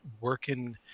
working